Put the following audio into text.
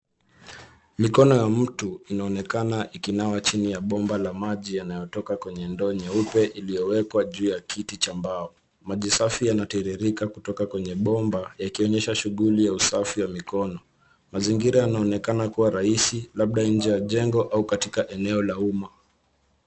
Mikono ya mtu inaonekana ikinawa chini ya bomba la maji yanayotoka kwenye ndoo nyeupe iliyowekwa juu ya kiti cha mbao ,maji safi yanatiririka kutoka kwenye bomba yakionyesha shughuli ya usafi wa mikono mazingira yanaonekana kuwa raisi labda nje ya jengo au katika eneo la umma.